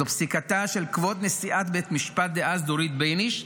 זו פסיקתה של כבוד נשיאת בית המשפט דאז דורית בייניש,